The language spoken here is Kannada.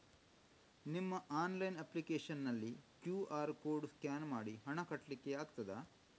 ನಿಮ್ಮ ಆನ್ಲೈನ್ ಅಪ್ಲಿಕೇಶನ್ ನಲ್ಲಿ ಕ್ಯೂ.ಆರ್ ಕೋಡ್ ಸ್ಕ್ಯಾನ್ ಮಾಡಿ ಹಣ ಕಟ್ಲಿಕೆ ಆಗ್ತದ?